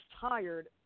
tired